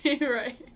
Right